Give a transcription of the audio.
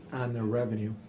the revenue.